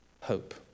hope